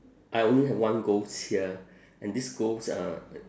I only have one ghost here and this ghost uh